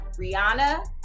Rihanna